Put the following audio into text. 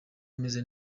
ameze